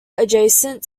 adjacent